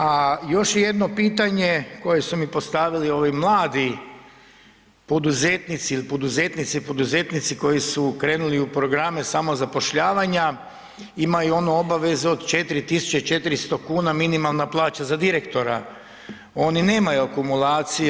A još je jedno pitanje koje su mi postavili ovi mladi poduzetnici, ili poduzetnice i poduzetnici koji su krenuli u programe samozapošljavanja imaju onu obavezu od 4.400 kuna minimalna plaća za direktora oni nemaju akumulacija.